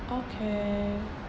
okay